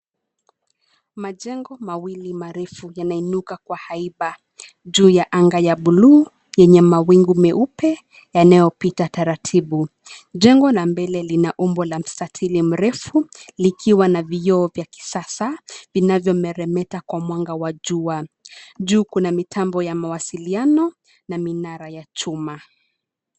Majengo mawili marefu yanainuka kwa haiba, juu ya anga ya buluu, yenye mawingu meupe, yanayopita taratibu. Jengo la mbele lina umbo la mstatili mrefu, likiwa na vioo vya kisasa, vinavyomeremeta kwa mwanga wa jua, juu kuna mitambo ya mawasiliano, na minara ya chuma.